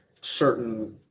certain